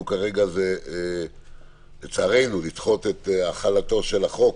כרגע זה לצערנו לדחות את החלתו של החוק,